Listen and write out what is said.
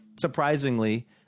surprisingly